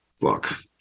Fuck